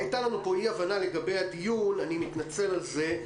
היתה לנו פה אי הבנה לגבי הדיון, אני מתנצל על זה.